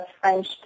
French